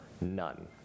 none